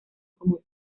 como